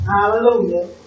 Hallelujah